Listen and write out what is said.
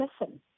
listen